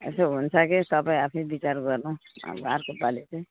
यसो हुन्छ कि तपाईँ आफै विचार गर्नु अब अर्को पालि चाहिँ